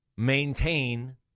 Maintain